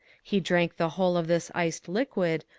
he drank the whole of this iced liquid,